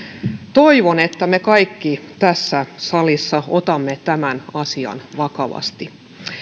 toivon että me kaikki tässä salissa otamme tämän asian vakavasti